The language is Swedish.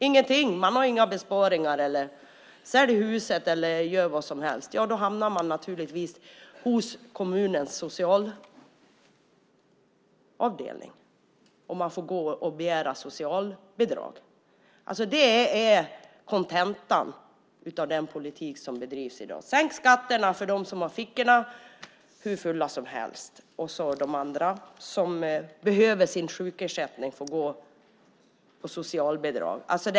Om man inte har några besparingar får man sälja huset eller göra vad som helst. Då hamnar man naturligtvis på kommunens socialkontor och man får begära socialbidrag. Det är kontentan av den politik som bedrivs i dag. Man sänker skatterna för dem som har fickorna hur fulla som helst, och de som behöver sin sjukersättning får gå på socialbidrag.